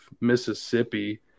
Mississippi